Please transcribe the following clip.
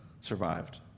survived